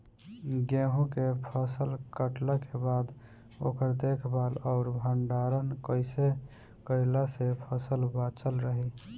गेंहू के फसल कटला के बाद ओकर देखभाल आउर भंडारण कइसे कैला से फसल बाचल रही?